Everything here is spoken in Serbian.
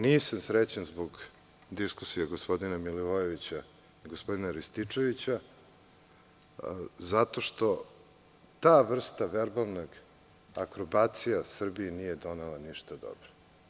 Nisam srećan zbog diskusije gospodina Milivojević i gospodina Rističevića zato što ta vrsta verbalnih akrobacija Srbiji nije donela ništa dobro.